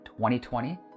2020